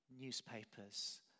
newspapers